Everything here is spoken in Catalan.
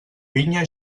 vinya